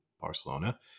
Barcelona